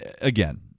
again